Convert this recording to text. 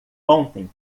ontem